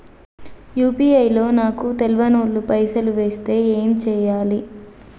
UPI లో నాకు తెల్వనోళ్లు పైసల్ ఎస్తే ఏం చేయాలి?